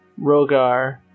Rogar